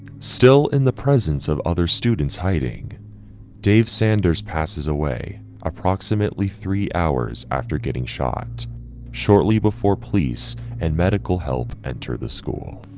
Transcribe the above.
still in the presence of other students hiding dave sanders passes away approximately three hours after getting shot shortly before police and medical help enter the school.